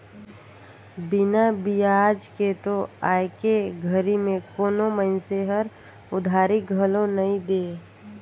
बिना बियाज के तो आयके घरी में कोनो मइनसे हर उधारी घलो नइ दे